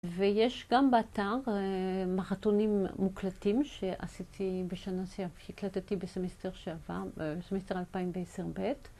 ויש גם באתר מרתונים מוקלטים שהקלטתי בסמסטר 2010 ב